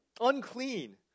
unclean